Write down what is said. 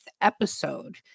episode